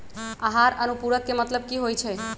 आहार अनुपूरक के मतलब की होइ छई?